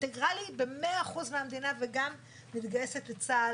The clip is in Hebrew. אינטגרלי במאה אחוז מהמדינה וגם מתגייסת לצה"ל,